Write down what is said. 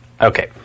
Okay